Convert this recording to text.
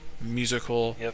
musical